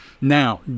now